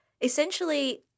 essentially